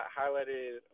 highlighted